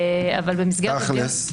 תכלס.